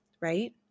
right